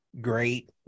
Great